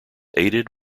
aided